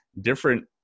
different